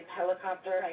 helicopter